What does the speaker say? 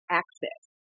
access